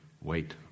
wait